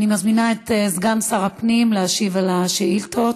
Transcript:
אני מזמינה את סגן שר הפנים להשיב על השאילתות.